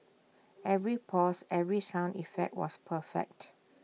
every pause every sound effect was perfect